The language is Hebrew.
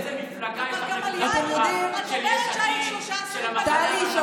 של איזו מפלגה יש לך נקודת מבט, של המחנה הממלכתי?